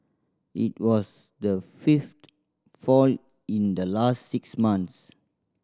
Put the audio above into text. it was the fifth fall in the last six months